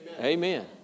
Amen